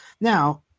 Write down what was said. Now